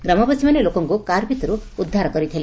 ଗ୍ରାମବାସୀମାନେ ଲୋକଙ୍କୁ କାର୍ ଭିତରୁ ଉଦ୍ଧାର କରିଥିଲେ